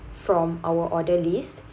from our order list